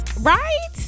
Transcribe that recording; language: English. Right